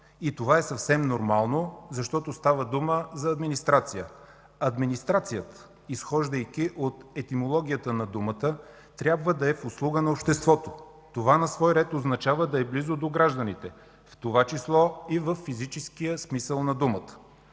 И това е съвсем нормално, защото става дума за администрация. Администрацията, изхождайки от етимологията на думата, трябва да е в услуга на обществото. Това на свой ред означава да е близо до гражданите, в това число и във физическия смисъл на думата.